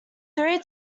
three